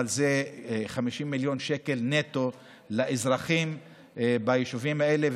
אבל זה 50 מיליון נטו לאזרחים ביישובים האלה,